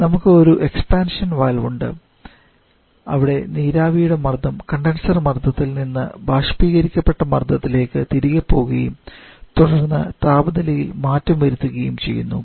നമുക്ക് ഒരു expansion valve ഉണ്ട് അവിടെ നീരാവിയുടെ മർദ്ദം കണ്ടൻസർ മർദ്ദത്തിൽ നിന്ന് ബാഷ്പീകരിക്കപ്പെട്ട മർദ്ദ നിലയിലേക്ക് തിരികെ പോകുകയും തുടർന്ന് താപനിലയിൽ മാറ്റം വരുത്തുകയുംചെയ്യുന്നു